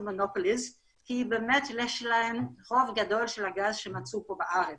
כי יש להן רוב גדול של הגז שמצוי פה בארץ.